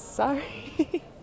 Sorry